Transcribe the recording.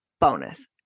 bonus